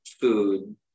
food